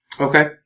Okay